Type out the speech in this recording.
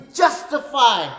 justify